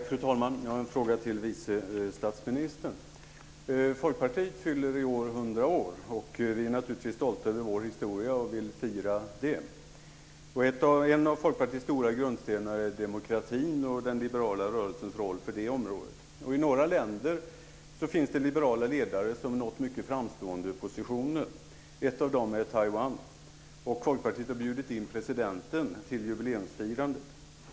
Fru talman! Jag har en fråga till vice statsministern. Folkpartiet fyller i år 100 år. Vi är naturligtvis stolta över vår historia och vill fira det. En av Folkpartiets grundstenar är demokratin, och den liberala rörelsen har spelat en stor roll på det området. I några länder finns det liberala ledare som nått mycket framstående positioner. Ett av dem är Taiwan. Folkpartiet har bjudit in presidenten till jubileumsfirandet.